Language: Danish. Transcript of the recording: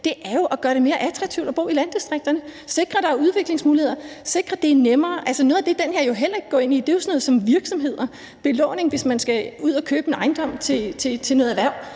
handler jo om at gøre det mere attraktivt at bo i landdistrikterne, altså sikre, at der er udviklingsmuligheder, sikre, at det er nemmere. Altså, noget af det, som det her forslag jo heller ikke går ind i, er jo sådan noget som virksomheder, f.eks. belåning, hvis man skal ud at købe en ejendom til noget erhverv.